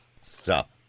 stop